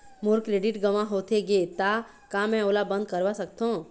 मोर credit गंवा होथे गे ता का मैं ओला बंद करवा सकथों?